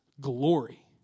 glory